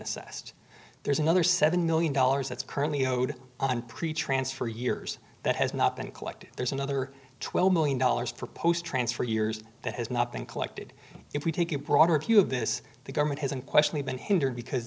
assessed there's another seven million dollars that's currently owed on preach transfer years that has not been collected there's another twelve million dollars for post transfer years that has not been collected if we take a broader view of this the government hasn't question been hindered because